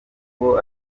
ngo